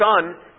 son